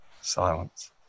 silence